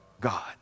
God